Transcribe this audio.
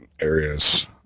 areas